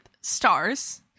stars